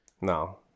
No